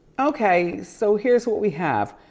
okay, so here's what we have.